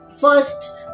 first